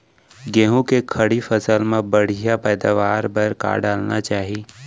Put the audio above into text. गेहूँ के खड़ी फसल मा बढ़िया पैदावार बर का डालना चाही?